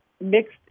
mixed